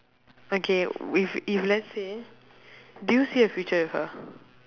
okay with if let's say do you see a future with her